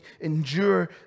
endure